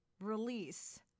release